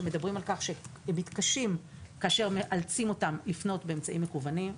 שמדברים על כך שהם מתקשים כאשר מאלצים אותם לפנות באמצעים מקוונים.